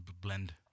blend